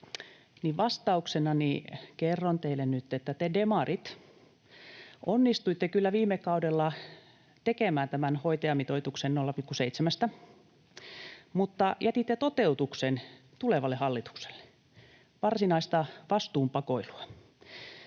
vastauksenani kerron teille nyt, että te demarit onnistuitte kyllä viime kaudella tekemään tämän hoitajamitoituksen 0,7:stä mutta jätitte toteutuksen tulevalle hallitukselle — varsinaista vastuunpakoilua.